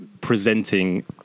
presenting